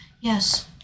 yes